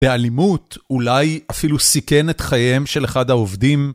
באלימות, אולי אפילו סיכן את חייהם של אחד העובדים.